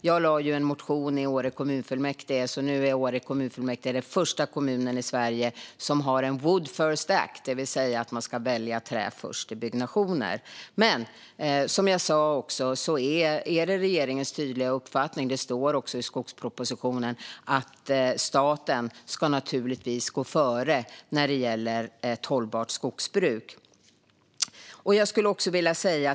Jag har väckt en motion i Åre kommunfullmäktige, så nu är Åre den första kommunen i Sverige som har en Wood First Act, det vill säga att man ska välja trä först i byggnationer. Som jag också sa är det regeringens tydliga uppfattning - det står även i skogspropositionen - att staten naturligtvis ska gå före när det gäller ett hållbart skogsbruk.